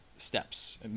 Steps